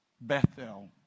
Bethel